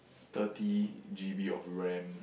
thirty G_B of ram